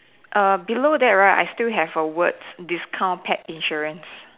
err below that right I still have a words discount pet insurance